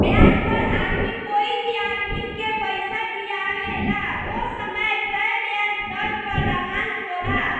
ब्याज पर आदमी कोई भी आदमी के पइसा दिआवेला ओ समय तय ब्याज दर पर लाभांश होला